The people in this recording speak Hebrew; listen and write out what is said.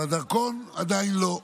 אבל דרכון, עדיין לא.